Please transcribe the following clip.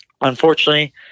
Unfortunately